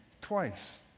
twice